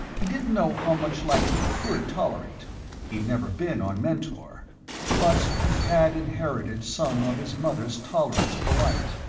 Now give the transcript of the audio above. he didn't know how much light he could tolerate he'd never been on mentor but he had inherited some of his mother's tolerance for light.